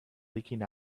leaking